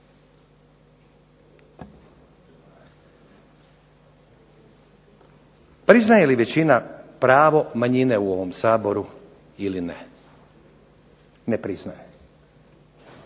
priznaje li većina pravo manjine u ovom Saboru ili ne? ne priznaje.